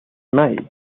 معي